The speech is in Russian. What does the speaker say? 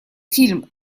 фильм